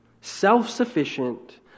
self-sufficient